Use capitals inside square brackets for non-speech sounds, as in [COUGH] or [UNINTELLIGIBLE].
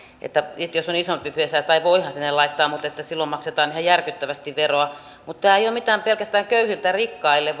jos on isompi pesä tai voihan sinne laittaa mutta silloin maksetaan ihan järkyttävästi veroa mutta tämä koko verouudistus ei ole pelkästään köyhiltä rikkaille [UNINTELLIGIBLE]